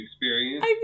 experience